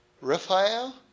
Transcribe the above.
Raphael